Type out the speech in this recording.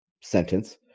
sentence